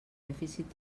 dèficit